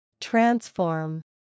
Transform